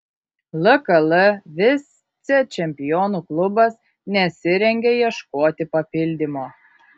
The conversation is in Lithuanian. lkl vicečempionų klubas nesirengia ieškoti papildymo